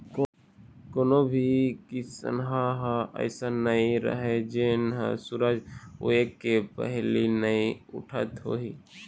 कोनो भी किसनहा ह अइसन नइ राहय जेन ह सूरज उए के पहिली नइ उठत होही